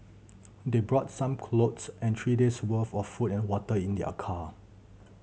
they brought some clothes and three days' worth of food and water in their car